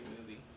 movie